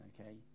okay